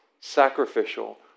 sacrificial